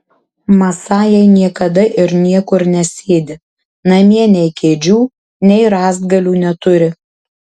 masajai niekada ir niekur nesėdi namie nei kėdžių nei rąstgalių neturi